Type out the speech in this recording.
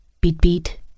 Beat-beat